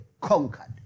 conquered